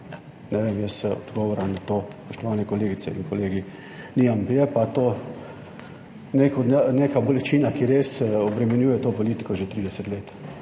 ne vem, jaz odgovora na to, spoštovane kolegice in kolegi, nimam, je pa to neka bolečina, ki res obremenjuje politiko že 30 let.